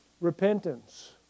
Repentance